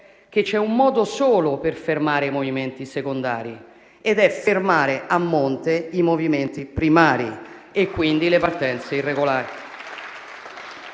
che c'è un modo solo per fermare i movimenti secondari ed è fermare, a monte, i movimenti primari e, quindi, le partenze irregolari.